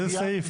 באיזה סעיף?